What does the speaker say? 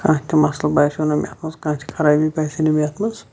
کانٛہہ تہِ مَسلہٕ باسیٚو نہٕ مےٚ اَتھ مَنٛز کانٛہہ تہٕ خَرٲبی باسے نہٕ مےٚ اَتھ مَنٛز